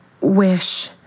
wish